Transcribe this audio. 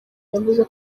yavuze